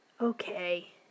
Okay